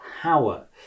power